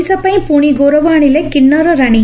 ଓଡ଼ିଶା ପାଇଁ ପୁଶି ଗୌରବ ଆଶିଲେ କିନ୍ନର ରାଶୀ